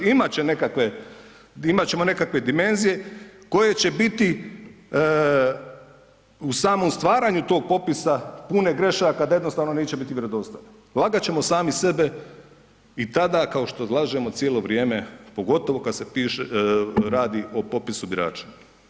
Imat će nekakve, imat ćemo nekakve dimenzije koje će biti u samom stvaranju tog popisa pune grešaka da jednostavno neće biti vjerodostojne, lagat ćemo sami sebe i tada kao što lažemo cijelo vrijeme, pogotovo kad se radi o popisu birača.